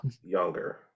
younger